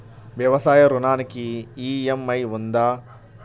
వ్యవసాయ ఋణానికి ఈ.ఎం.ఐ ఉందా?